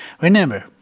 Remember